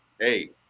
Hey